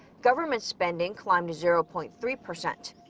government spending climbed zero-point-three percent.